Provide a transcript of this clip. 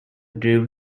drew